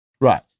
Right